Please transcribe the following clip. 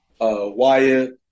Wyatt